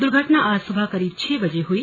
दुर्घटना आज सुबह करीब छह बजे हुई